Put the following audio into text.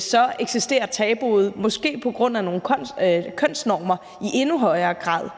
så eksisterer tabuet, måske på grund af nogle kønsnormer, i endnu højere grad.